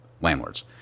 landlords